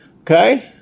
Okay